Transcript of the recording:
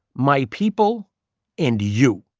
my people and you.